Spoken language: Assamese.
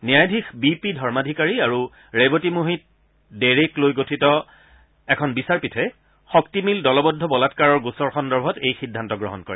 ন্যায়াধীশ বি পি ধৰ্মাধিকাৰী আৰু ৰেৱতী মোহিত ডেৰেক লৈ গঠিত এখন বিচাৰপীঠে শক্তি মিল দলবদ্ধ বলাৎকাৰৰ গোচৰ সন্দৰ্ভত এই সিদ্ধান্ত গ্ৰহণ কৰে